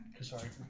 sorry